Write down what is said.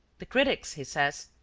the critics, he says,